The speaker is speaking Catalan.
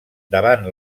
davant